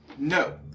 No